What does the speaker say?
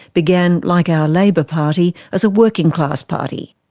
began, like our labor party, as a working class party.